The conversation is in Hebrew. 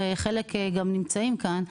וחלק גם נמצאים כאן,